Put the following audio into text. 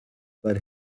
but